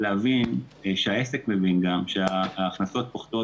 להבין שגם העסק מבין שההכנסות פוחתות